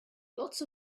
lots